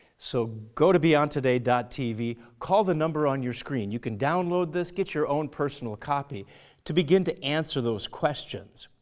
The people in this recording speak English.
so, go to beyondtoday tv, call the number on your screen you can download this. get your own personal copy to begin to answer those questions.